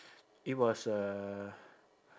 it was a